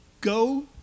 go